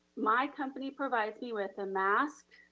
my company provides me with a mask,